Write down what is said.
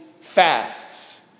fasts